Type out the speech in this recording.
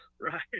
right